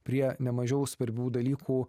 prie nemažiau svarbių dalykų